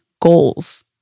goals